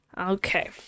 Okay